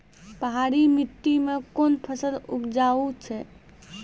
पहाड़ी मिट्टी मैं कौन फसल उपजाऊ छ?